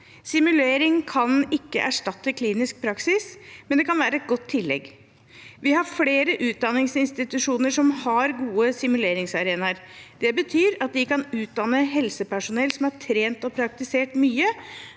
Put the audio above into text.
Simulering kan ikke erstatte klinisk praksis, men det kan være et godt tillegg. Vi har flere utdanningsinstitusjoner som har gode simuleringsarenaer. Det betyr at vi kan utdanne helsepersonell som har trent og praktisert mye,